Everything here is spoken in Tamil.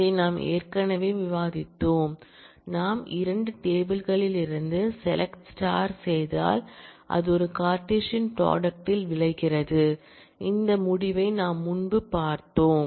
இதை நாம் ஏற்கனவே விவாதித்தோம் நாம் 2 டேபிள் களில் இருந்து SELECT செய்தால் அது ஒரு கார்ட்டீசியன் ப்ராடக்ட் ல் விளைகிறது இந்த முடிவை நாம் முன்பு பார்த்தோம்